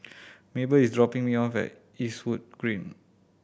Maebell is dropping me off at Eastwood Green